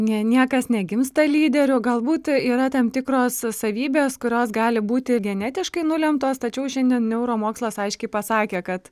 nie niekas negimsta lyderiu galbūt yra tam tikros savybės kurios gali būti genetiškai nulemtos tačiau šiandien neuromokslas aiškiai pasakė kad